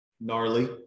gnarly